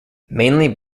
mainly